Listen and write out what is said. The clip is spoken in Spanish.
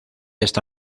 esta